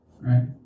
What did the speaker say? right